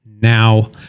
now